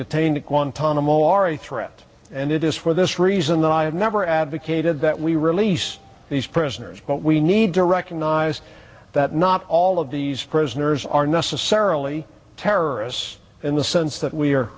detained at guantanamo are a threat and it is for this reason that i have never advocated that we release these prisoners but we need to recognize that not all of these prisoners are necessarily terrorists in the sense that we